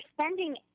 spending